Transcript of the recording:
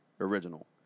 original